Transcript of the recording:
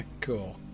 Cool